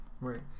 Right